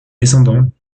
descendants